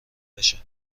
بشه